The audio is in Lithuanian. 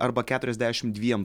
arba keturiasdešim dviem